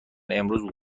امروز